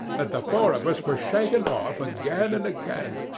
that the four of us were shaken off again and again.